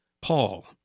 Paul